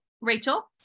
Rachel